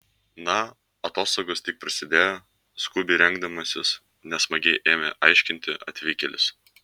na atostogos tik prasidėjo skubiai rengdamasis nesmagiai ėmė aiškinti atvykėlis